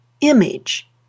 image